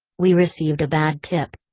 we received a bad tip.